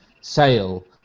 sale